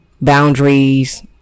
boundaries